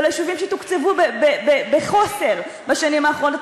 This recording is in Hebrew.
וליישובים שתוקצבו בחוסר בשנים האחרונות,